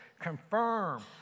confirm